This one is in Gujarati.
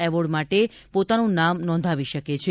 એવોર્ડ માટે પોતાનું નામ નોંધાવી શકે છે